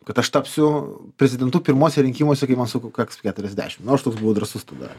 kad aš tapsiu prezidentu pirmuose rinkimuose kai man sukaks keturiasdešim nu aš toks buvau drąsus tada